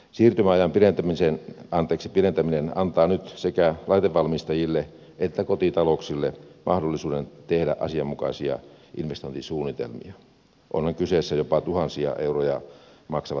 siirtymäajan pidentäminen antaa nyt sekä laitevalmistajille että kotitalouksille mahdollisuuden tehdä asianmukaisia investointisuunnitelmia ovathan kyseessä jopa tuhansia euroja maksavat muutostyöt